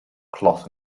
cloth